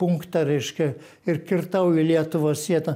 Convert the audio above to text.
punktą reiškia ir kirtau lietuvos sieną